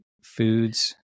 foods